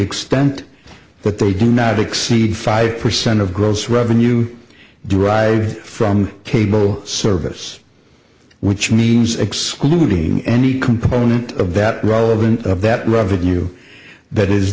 extent but they do not exceed five percent of gross revenue derived from cable service which means excluding any component of that relevant of that revenue that is